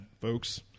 folks